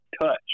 touch